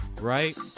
right